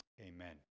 Amen